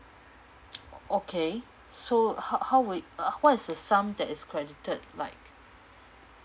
okay so how how will it uh what is this sum that is credited like